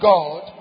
God